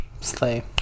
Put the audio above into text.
slay